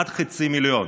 עד חצי מיליון.